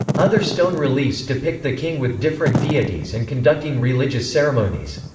other stone reliefs depict the king with different deities and conducting religious ceremonies.